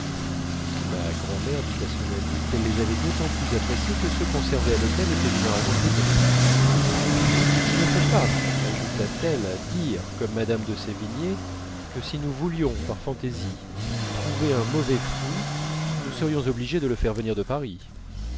ma grand'mère dit à son amie qu'elle les avait d'autant plus appréciés que ceux qu'on servait à l'hôtel étaient généralement détestables je ne peux pas ajouta-t-elle dire comme mme de sévigné que si nous voulions par fantaisie trouver un mauvais fruit nous serions obligés de le faire venir de paris